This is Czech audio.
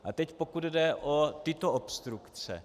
A teď pokud jde o tyto obstrukce.